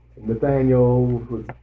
Nathaniel